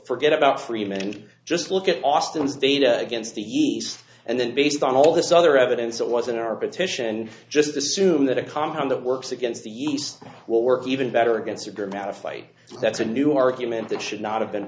forget about freeman just look at austin's data against the east and then based on all this other evidence that was in our petition just assume that a compound that works against the east will work even better against a gratified that's a new argument that should not have been